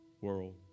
world